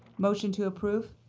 motion to approve.